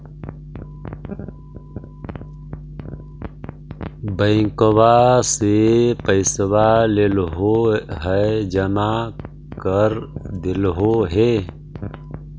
बैंकवा से पैसवा लेलहो है जमा कर देलहो हे?